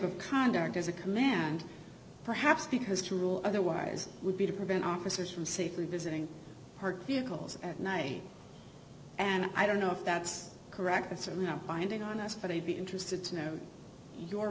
of conduct as a command perhaps because to rule otherwise would be to prevent officers from safely visiting her vehicles at night and i don't know if that's correct that's a no finding on us but i'd be interested to know your